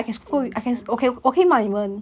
same I miss